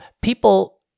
people